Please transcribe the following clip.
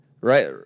Right